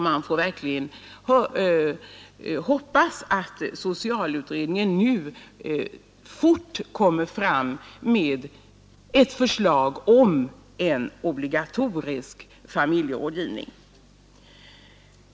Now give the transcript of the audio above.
Man får verkligen hoppas att socialutredningen nu fort kommer fram med ett förslag till en obligatorisk familjerådgivning.